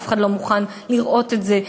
אף אחד לא מוכן לראות את זה.